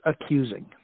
accusing